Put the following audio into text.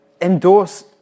endorse